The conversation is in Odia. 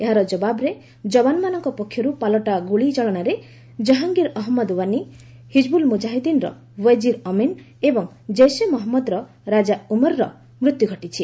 ଏହାର ଜବାବରେ ଯବାନଙ୍କ ପକ୍ଷରୁ ଗୁଳି ଚାଳନାରେ ଜାହାଙ୍ଗୀର ଅହମ୍ମଦ ୱାନୀ ହିଜିବୁଲ ମୁଜାହିଦ୍ଦିନର ଓ୍ୱକିର ଅମିନ ଏବଂ ଜୈସେ ମହମ୍ମଦର ରାଜା ଉମରର ମୃତ୍ୟୁ ଘଟିଛି